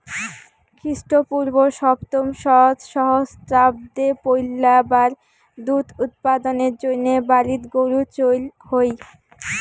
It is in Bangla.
খ্রীষ্টপূর্ব সপ্তম সহস্রাব্দে পৈলাবার দুধ উৎপাদনের জইন্যে বাড়িত গরু চইল হই